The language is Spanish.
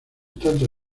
tanto